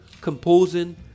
composing